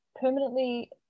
permanently